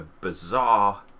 bizarre